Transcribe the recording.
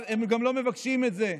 הם גם לא מבקשים את זה.